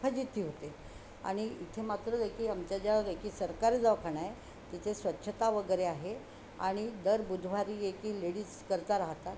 फजीती होते आणि इथे मात्र हे की आमच्या ज्या व एकी सरकार दवाखााना आहे तिथे स्वच्छता वगैरे आहे आणि दर बुधवारी हे की लेडीज करता राहतात